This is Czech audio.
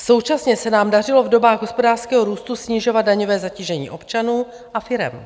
Současně se nám dařilo v dobách hospodářského růstu snižovat daňové zatížení občanů a firem.